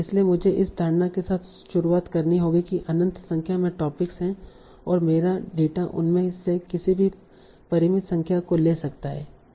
इसलिए मुझे इस धारणा के साथ शुरुआत करनी होगी कि अनंत संख्या में टॉपिक्स हैं और मेरा डेटा उनमें से किसी भी परिमित संख्या को ले सकता है